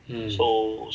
mm